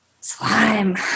slime